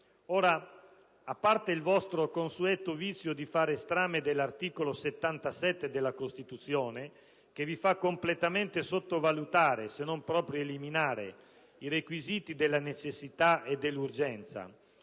così. A parte il vostro consueto vizio di fare strame dell'articolo 77 della Costituzione, che vi fa completamente sottovalutare, se non proprio eliminare, i requisiti della necessità e dell'urgenza